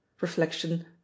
reflection